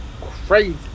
crazy